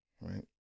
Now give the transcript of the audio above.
Right